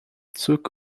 zug